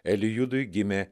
elijudui gimė